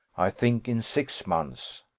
i think, in six months.